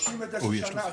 עד היום 35 שנה,